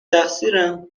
تقصیرم